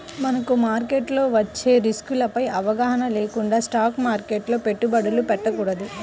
మనకు మార్కెట్లో వచ్చే రిస్కులపై అవగాహన లేకుండా స్టాక్ మార్కెట్లో పెట్టుబడులు పెట్టకూడదు